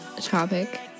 topic